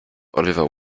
oliver